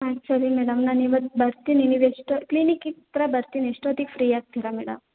ಆಯ್ತು ಸರಿ ಮೇಡಮ್ ನಾನು ಇವತ್ತು ಬರ್ತೀನಿ ನೀವು ಎಷ್ಟು ಕ್ಲಿನಿಕ್ಕಿಗೆ ಹತ್ತಿರ ಬರ್ತೀನಿ ಎಷ್ಟೊತ್ತಿಗೆ ಫ್ರೀ ಆಗ್ತೀರ ಮೇಡಮ್